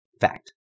Fact